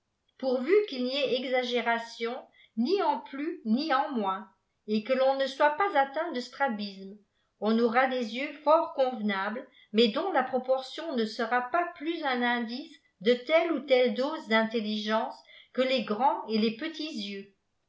irtrvét qu'il n'y ait exagération ni en plus ni en moins fet que voti neileili pas atteint e strabisme on aura des yeux fovt coiivenâl l à ffltfà dont la proportion ne sera pas plus un indîce fie têflte ou telle dose d'intelligence que leis grands et les petits yedil